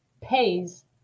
pays